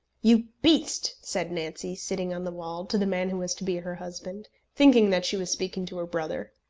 you beast! said nancy, sitting on the wall, to the man who was to be her husband thinking that she was speaking to her brother.